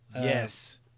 yes